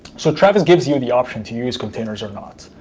so travis gives you the option to use containers or not.